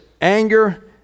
anger